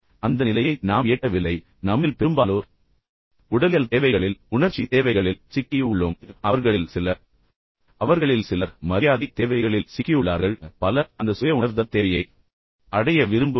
அந்த நிலையை நாம் எட்டவில்லை நம்மில் பெரும்பாலோர் உடலியல் தேவைகளில் சிக்கி உள்ளோம் அவர்களில் சிலர் உணர்ச்சி தேவைகளில் அவர்களில் சிலர் அவர்களில் சிலர் மரியாதை தேவைகளில் சிக்கியுள்ளார்கள் அங்கு அவர்கள் அதிகாரத்தையும் இணைக்கிறார்கள் ஆனால் பலர் அந்த சுய உணர்தல் தேவையை அடைய விரும்புவதில்லை